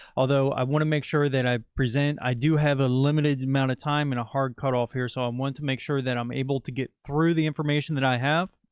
although i want to make sure that i present, i do have a limited amount of time and a hard cutoff here. so i'm wanting to make sure that i'm able to get through the information that i have.